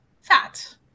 Fat